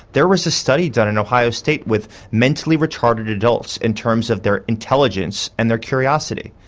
there was a study done in ohio state with mentally retarded adults in terms of their intelligence and their curiosity.